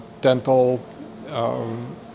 dental